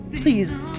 Please